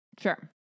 Sure